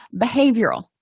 behavioral